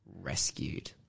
rescued